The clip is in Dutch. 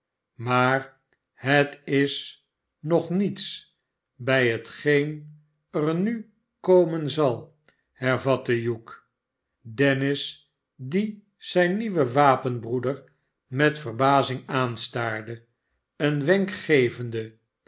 maar het is nog niets bij hetgeen er nog komen zal hervatte hugh dennis die zijn nieuwen wapenbroeder met verbazing aanstaarde een